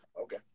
okay